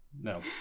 No